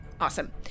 Awesome